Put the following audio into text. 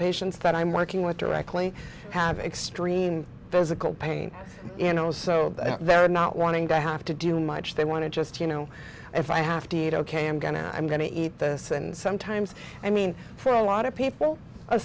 patients that i'm working with directly have extreme physical pain you know so they're not wanting to have to do much they want to just you know if i have to eat ok i'm going to i'm going to eat this and sometimes i mean for a lot of people